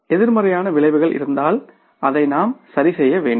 எதிர்மறையான விளைவுகள் இருந்தால் அதை நாம் சரிசெய்ய வேண்டும்